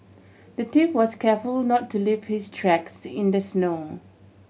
the thief was careful not to leave his tracks in the snow